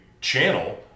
channel